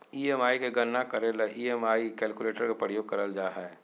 EMI के गणना करे ले ई.एम.आई कैलकुलेटर के प्रयोग करल जा हय